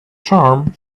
charm